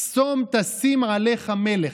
"שום תשים עליך מלך,